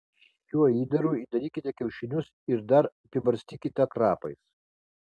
šiuo įdaru įdarykite kiaušinius ir dar apibarstykite krapais